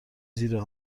زیر